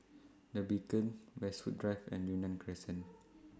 The Beacon Westwood Drive and Yunnan Crescent